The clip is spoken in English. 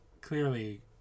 clearly